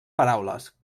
paraules